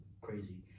crazy